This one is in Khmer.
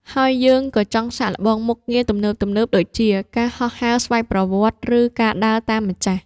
ហើយយើង ក៏ចង់សាកល្បងមុខងារទំនើបៗដូចជា ការហោះហើរស្វ័យប្រវត្តិ ឬការដើរតាមម្ចាស់។